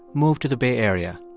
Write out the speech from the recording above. moved to the bay area.